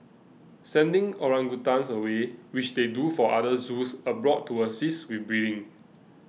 sending orangutans away which they do for other zoos abroad to assist with breeding